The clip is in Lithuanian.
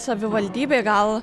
savivaldybė gal